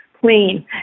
clean